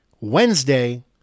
Wednesday